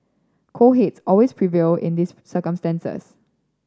cool heads always prevail in these circumstances